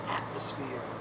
atmosphere